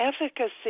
efficacy